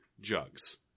Jugs